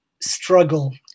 struggle